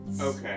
Okay